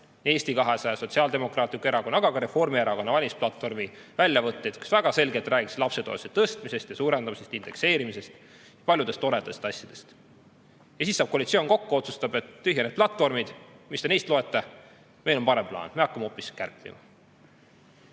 Eesti 200, Sotsiaaldemokraatliku Erakonna, aga ka Reformierakonna valimisplatvormi väljavõtteid, kus väga selgelt räägitakse lapsetoetuse tõstmisest ja suurendamisest, indekseerimisest, paljudest toredatest asjadest –, siis saab koalitsioon kokku ja otsustab: tühja nendest platvormidest, mis te neist loete, meil on parem plaan, me hakkame hoopis kärpima.